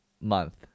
month